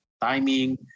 timing